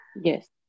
Yes